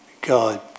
God